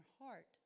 heart